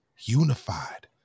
Unified